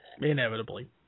Inevitably